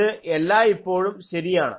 ഇത് എല്ലായ്പ്പോഴും ശരിയാണ്